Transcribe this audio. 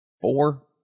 four